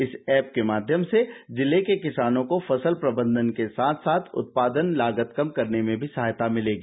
इस एप के माध्यम से जिले के किसानों को फसल प्रबंधन के साथ साथ उत्पादन लागत कम करने में भी सहायता मिलेगी